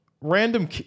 random